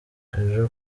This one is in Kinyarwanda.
ejo